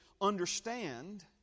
understand